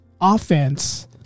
offense